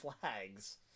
flags